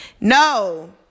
No